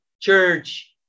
church